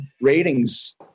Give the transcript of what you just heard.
ratings